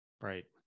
Right